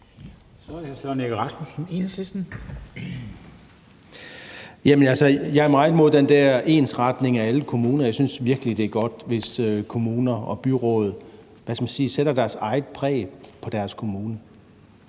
Jeg er meget imod den her ensretning af alle kommuner. Jeg synes virkelig, det er godt, hvis kommunerne og byrådene sætter deres eget – hvad skal man